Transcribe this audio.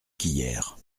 qu’hier